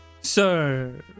sir